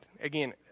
again